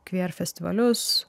kuer festivalius